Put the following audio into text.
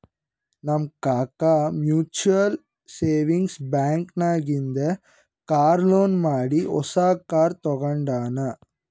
ನಮ್ ಕಾಕಾ mutual savings bank ನಾಗಿಂದೆ ಕಾರ್ ಲೋನ್ ಮಾಡಿ ಹೊಸಾ ಕಾರ್ ತಗೊಂಡಾನ್